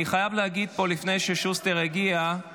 אני חייב להגיד פה, לפני ששוסטר יגיע,